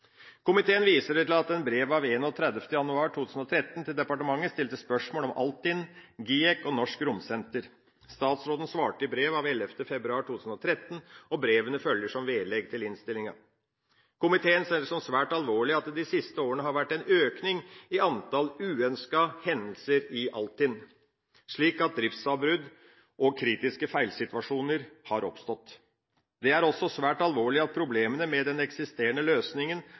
Komiteen viser til at den i brev 31. januar 2013 til departementet stilte spørsmål om Altinn, GIEK og Norsk Romsenter. Statsråden svarte i brev av 11. februar 2013. Brevene følger som vedlegg til innstillinga. Komiteen ser det som svært alvorlig at det de siste årene har vært en økning i antall uønskede hendelser i Altinn, slik at driftsavbrudd og kritiske feilsituasjoner har oppstått. Det er også svært alvorlig at problemene med den eksisterende